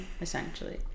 essentially